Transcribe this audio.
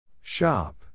Shop